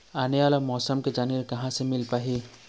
आने वाला मौसम के जानकारी कहां से मिल पाही?